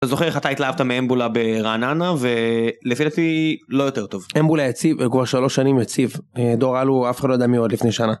זוכר איך אתה התלהבת מאמבולה ברעננה ולפי דעתי לא יותר טוב אמבולה יציב כבר שלוש שנים יציב דור אלו אף אחד לא יודע מי עוד לפני שנה.